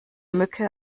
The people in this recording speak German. mücke